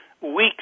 weeks